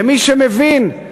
למי שמבין,